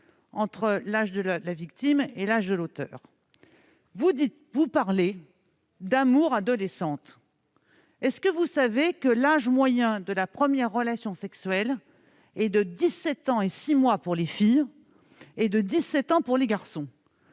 entre l'âge de la victime et l'âge de l'auteur. Vous parlez d'« amours adolescentes »; mais savez-vous que l'âge moyen de la première relation sexuelle est de 17 ans et 6 mois pour les filles et de 17 ans pour les garçons ?